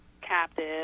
captive